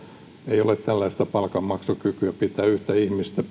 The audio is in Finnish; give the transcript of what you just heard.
ei ole tällaista palkanmaksukykyä pitää palkollisena yhtä ihmistä